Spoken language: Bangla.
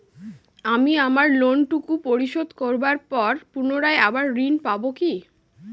আমি আমার লোন টুকু পরিশোধ করবার পর পুনরায় আবার ঋণ পাবো কি?